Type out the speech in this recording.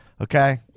Okay